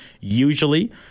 usually